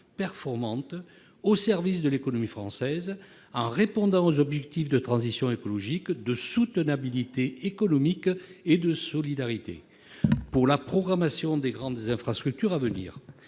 performantes au service de l'économie française », en répondant « aux objectifs de transition écologique, de soutenabilité économique et de solidarité » pour la programmation des grandes infrastructures à venir.